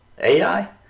Ai